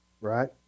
right